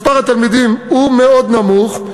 מספר התלמידים הוא מאוד נמוך.